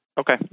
Okay